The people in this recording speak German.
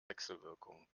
wechselwirkung